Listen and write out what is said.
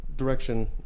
direction